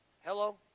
Hello